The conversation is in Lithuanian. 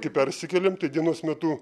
kai persikėlėm tai dienos metu